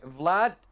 Vlad